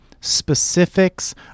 specifics